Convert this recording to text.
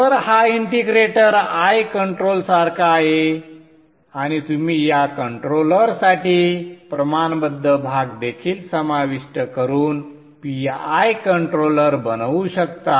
तर हा integrator I control सारखा आहे आणि तुम्ही या कंट्रोलरसाठी प्रमाणबद्ध भाग देखील समाविष्ट करून PI कंट्रोलर बनवू शकता